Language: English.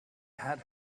had